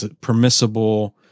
permissible